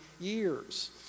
years